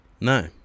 No